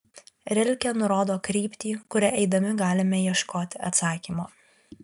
rilke nurodo kryptį kuria eidami galime ieškoti atsakymo